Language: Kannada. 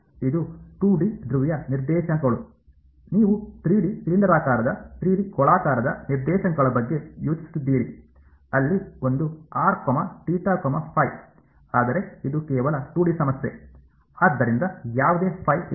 ಇದು 2 ಡಿ ಧ್ರುವೀಯ ನಿರ್ದೇಶಾಂಕಗಳು ನೀವು 3D ಸಿಲಿಂಡರಾಕಾರದ 3D ಗೋಳಾಕಾರದ ನಿರ್ದೇಶಾಂಕಗಳ ಬಗ್ಗೆ ಯೋಚಿಸುತ್ತಿದ್ದೀರಿ ಅಲ್ಲಿ ಒಂದು ಆದರೆ ಇದು ಕೇವಲ 2 ಡಿ ಸಮಸ್ಯೆ ಆದ್ದರಿಂದ ಯಾವುದೇ ಫೈ ಇಲ್ಲ